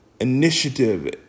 initiative